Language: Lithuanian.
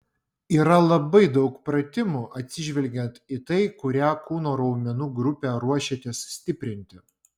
yra labai daug pratimų atsižvelgiant į tai kurią kūno raumenų grupę ruošiatės stiprinti